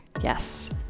Yes